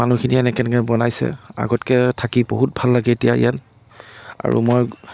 মানুহখিনিয়ে এনেকৈ কেনেকৈ বনাইছে আগতকৈ থাকি বহুত ভাল লাগে এতিয়া ইয়াত আৰু মই